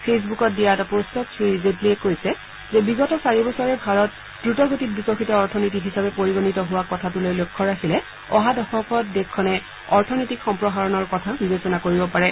ফেছবুকত দিয়া এটা পোট্টত শ্ৰীজেটলীয়ে কৈছে যে বিগত চাৰিবছৰে ভাৰত দ্ৰতগতিত বিকশিত অৰ্থনীতি হিচাপে পৰিগণিত হোৱা কথাটোলৈ লক্ষ্য ৰাখিলে অহা দশকত দেশখনে অৰ্থনৈতিক সম্প্ৰসাৰণৰ কথা বিবেচনা কৰিব পাৰি